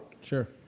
Sure